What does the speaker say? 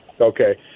Okay